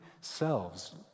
selves